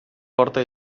forta